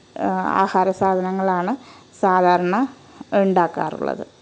ആഹാര സാധനങ്ങളാണ് സാധാരണ ഉണ്ടാക്കാറുള്ളത്